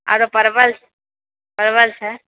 आओरो परवल परवल छै